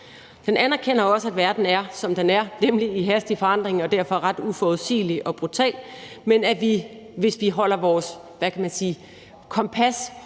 Den anerkender også, at verden er, som den er, nemlig i hastig forandring og derfor ret uforudsigelig og brutal, men at vi, hvis vi holder vores, hvad